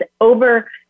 over